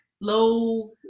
low